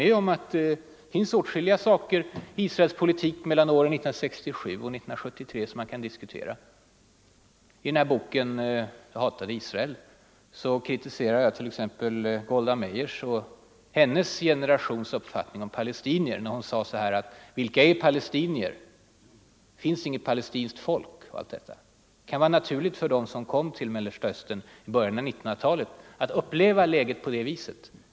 Det finns åtskilligt i Israels politik mellan åren 1967 och 1973 som man kan diskutera. I boken ”Det hatade Israel” kritiserar jag t.ex. Golda Meirs och hennes generations uppfattning om palestinier, när hon säger: ”Vilka är palestinier? Det finns inget palestinskt folk.” Det kan vara naturligt för dem som kom till Mellersta Östern i början av 1900-talet att uppleva läget på det sättet.